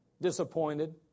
disappointed